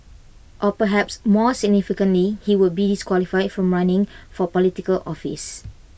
or perhaps more significantly he would be disqualified from running for Political office